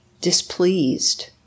displeased